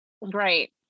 Right